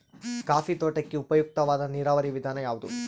Coffee ತೋಟಕ್ಕೆ ಉಪಯುಕ್ತವಾದ ನೇರಾವರಿ ವಿಧಾನ ಯಾವುದು?